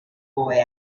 boy